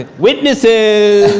witnesses!